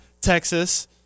Texas